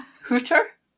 hooter